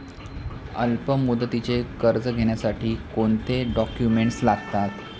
अल्पमुदतीचे कर्ज घेण्यासाठी कोणते डॉक्युमेंट्स लागतात?